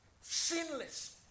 sinless